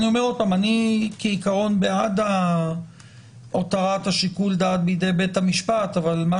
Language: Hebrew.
שוב אני בעד הותרת שיקול הדעת בידי בית המשפט אבל מה